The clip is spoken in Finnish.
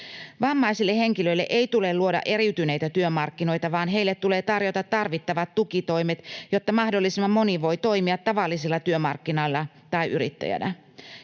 Vammaisille henkilöille ei tule luoda eriytyneitä työmarkkinoita, vaan heille tulee tarjota tarvittavat tukitoimet, jotta mahdollisimman moni voi toimia tavallisilla työmarkkinoilla tai yrittäjänä.